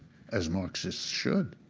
as marxists should.